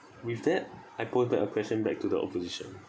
with that I post a question back to the opposition